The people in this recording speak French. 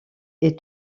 est